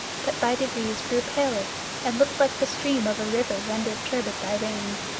but by degrees grew paler and looked like the stream of a river rendered turbid by rains,